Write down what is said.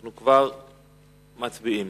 מצביעים.